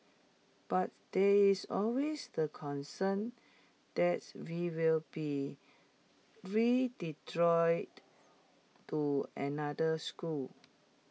but there is always the concern that we will be to another school